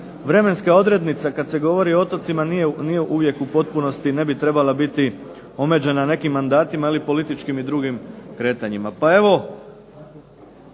vremenska odrednica kada se govori o otocima nije uvijek u potpunosti ne bi trebala biti omeđena nekim mandatima ili političkim ili drugim kretanjima.